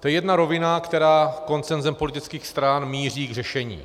To je jedna rovina, která konsenzem politických stran míří k řešení.